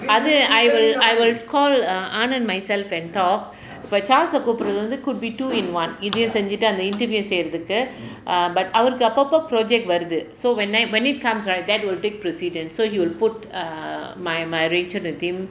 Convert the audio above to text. அது:athu I will I will call um anand myself and talk but charles eh கூப்பிடுறது வந்து:kuppidurathu vanthu could be two in one இதை செய்துட்டு அந்த:ithayum seithittu antha interview செய்றதுக்கு:seyrathukku err but அவருக்கு அப்போ அப்போ:avarukku appo appo project வருது:varuthu so when I when it comes right that will take precedent so he will put err my my arrangement with him